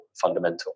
fundamental